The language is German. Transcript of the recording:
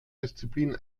disziplin